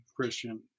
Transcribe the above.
Christian